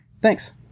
thanks